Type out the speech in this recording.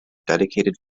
dedicated